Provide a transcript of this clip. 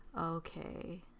okay